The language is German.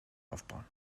aufbauen